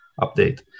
update